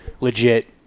Legit